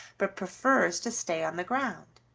but prefers to stay on the ground.